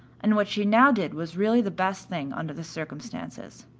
and what she now did was really the best thing under the circumstances.